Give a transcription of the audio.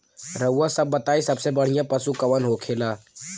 रउआ सभ बताई सबसे बढ़ियां पशु कवन होखेला?